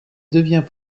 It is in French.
devient